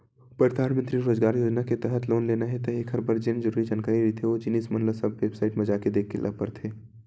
परधानमंतरी रोजगार योजना के तहत लोन लेना हे त एखर बर जेन जरुरी जानकारी रहिथे ओ जिनिस मन ल सब बेबसाईट म जाके देख ल परथे